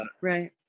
right